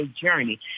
journey